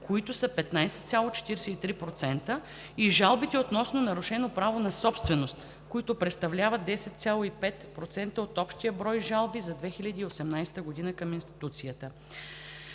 които са 15,43%, и жалбите относно нарушено право на собственост, които представляват 10,05% от общия брой жалби за 2018 г. Сред основните